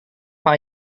pak